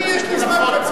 אני, יש לי זמן קצוב.